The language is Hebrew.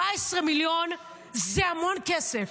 17 מיליון זה המון כסף.